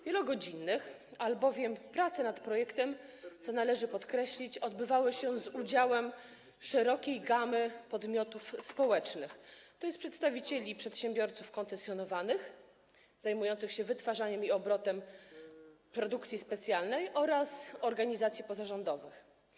Wielogodzinnych, albowiem prace nad projektem, co należy podkreślić, odbywały się z udziałem szerokiej gamy podmiotów społecznych, tj. przedstawicieli przedsiębiorców koncesjonowanych zajmujących się wytwarzaniem produkcji specjalnej i obrotem nią oraz organizacji pozarządowych.